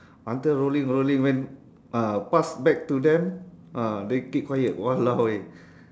until holding holding when ah pass back to them ah they keep quiet !walao! eh